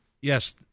Yes